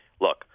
look